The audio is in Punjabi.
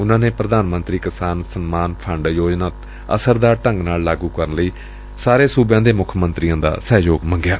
ਉਨੂਾਂ ਨੇ ਪ੍ਧਾਨ ਮੰਤਰੀ ਕਿਸਾਨ ਸਨਮਾਨ ਫੰਡ ਯੋਜਨਾ ਅਸਰਦਾਰ ਢੰਗ ਨਾਲ ਲਾਗੂ ਕਰਨ ਲਈ ਸਾਰੇ ਸੂਬਿਆਂ ਦੇ ਮੁੱਖ ਮੰਤਰੀਆਂ ਦਾ ਸਹਿਯੋਗ ਮੰਗਿਆ